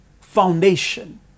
foundation